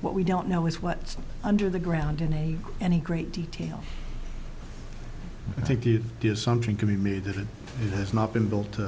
what we don't know is what's under the ground in a any great detail i think is the assumption can be made that it has not been built